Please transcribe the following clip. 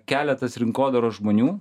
keletas rinkodaros žmonių